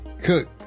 Cook